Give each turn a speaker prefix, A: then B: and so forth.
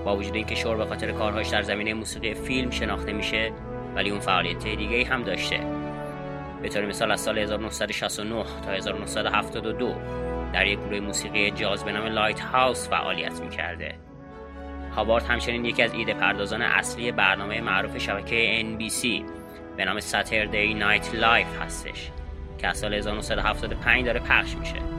A: با وجود اینکه شهر به خاطر کارهاش در زمینه موسیقی فیلم شناخته میشه، ولی اون فعالیت‌های دیگه‌ای هم داشته. به طور مثال، از سال 1969 تا 1972 در یک گروه موسیقی جاز به نام لایت هاوس فعالیت می‌کرده. هابارد همچنین یکی از ایده پردازان اصلی برنامه معروف شبکه NBC، به نام Saturday Night Live هستش، که از سال 1975 داره پخش میشه.